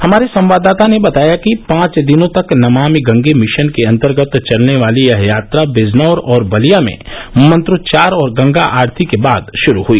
हमारे संवाददाता ने बताया कि पांच दिनों तक नमामि गंगे मिशन के अंतर्गत चलने वाली यह यात्रा बिजनौर और बलिया में मंत्रोच्चार और गंगा आरती के बाद शुरू हुई